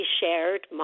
shared